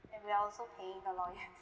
and we are also paying the lawyers